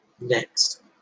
Next